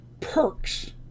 perks